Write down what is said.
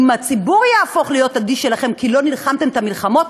אם הציבור יהפוך להיות אדיש אליכם כי לא נלחמתם את המלחמות,